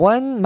One